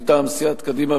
מטעם סיעת קדימה,